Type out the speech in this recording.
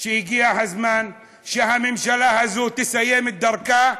שהגיע הזמן שהממשלה הזו תסיים את דרכה.